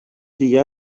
دیگه